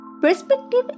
Perspective